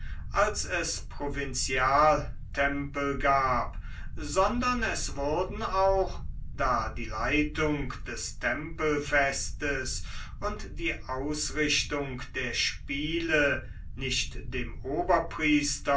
als es provinzialtempel gab sondern es wurden auch da die leitung des tempelfestes und die ausrichtung der spiele nicht dem